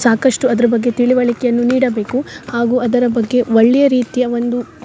ಸಾಕಷ್ಟು ಅದ್ರ ಬಗ್ಗೆ ತಿಳುವಳಿಕೆಯನ್ನು ನೀಡಬೇಕು ಹಾಗು ಅದರ ಬಗ್ಗೆ ಒಳ್ಳೆಯ ರೀತಿಯ ಒಂದು